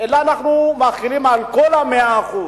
אלא אנחנו מחילים על כל ה-100%.